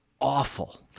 awful